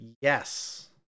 yes